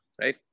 right